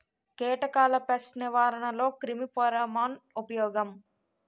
కీటకాల పేస్ట్ నిర్వహణలో క్రిమి ఫెరోమోన్ ఉపయోగం